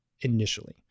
initially